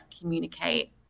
communicate